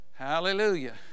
Hallelujah